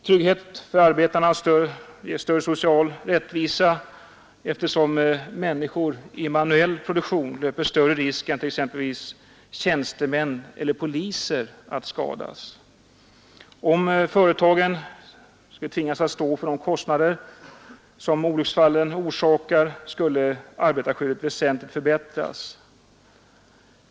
Trygghet för arbetarna ger större social rättvisa, eftersom människor i manuell produktion löper större risk än t.ex. tjänstemän och poliser att skadas. Om företagen tvingades att stå för de kostnader som olycksfallen orsakar, skulle arbetarskyddet väsentligt förbättras.